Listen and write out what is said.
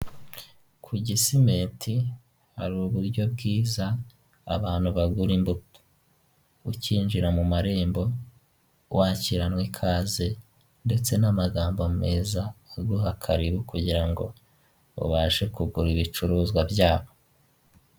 Ku Gimenti hari uburyo bwiza abantu bagura imbuto, ukinjira mu marembo wakiranwe ikaze ndetse n'amagambo meza, aguha karibu kugira ngo ubashe kugura ibicuruzwa byabo.